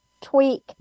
tweak